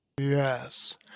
Yes